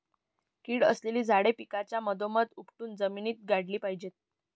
कीड असलेली झाडे पिकाच्या मधोमध उपटून जमिनीत गाडली पाहिजेत